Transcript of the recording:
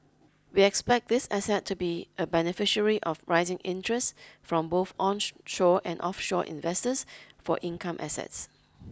we expect this asset to be a beneficiary of rising interest from both on shore and offshore investors for income assets